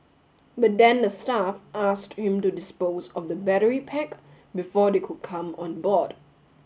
but then the staff asked him to dispose of the battery pack before they could come on board